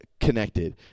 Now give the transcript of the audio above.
connected